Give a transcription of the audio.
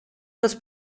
dels